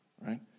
right